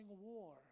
war